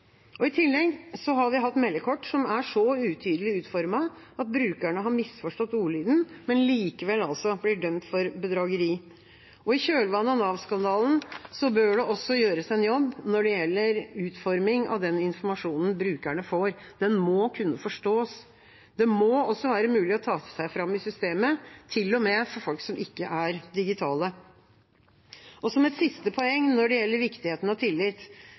I tillegg har vi hatt meldekort som er så utydelig utformet at brukerne har misforstått ordlyden, men likevel blir dømt for bedrageri. I kjølvannet av Nav-skandalen bør det også gjøres en jobb når det gjelder utforming av den informasjonen brukerne får. Den må kunne forstås. Det må være mulig å ta seg fram i systemet til og med for folk som ikke behersker det digitale. Et siste poeng når det gjelder viktigheten av tillit: